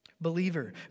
Believer